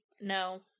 no